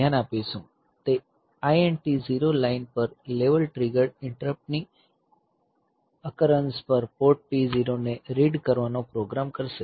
તે INT 0 line પર level triggered interrupt ની અકરન્સ પર પોર્ટ P0 ને રીડ કરવાનો પ્રોગ્રામ કરશે